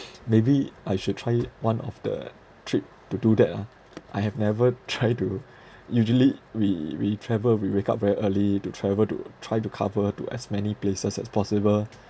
maybe I should try it one of the trip to do that ah I have never tried to usually we we travel we wake up very early to travel to try to cover to as many places as possible